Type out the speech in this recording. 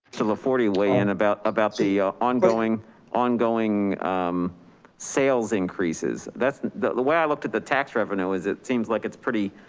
the laforte weigh in about about the ah ongoing ongoing sales increases. that's the the way i looked at the tax revenue, is it seems like it's pretty,